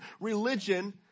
religion